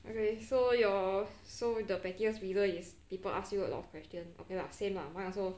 okay so your so the pettiest reason is people ask you a lot of questions okay lah same lah mine also